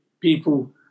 people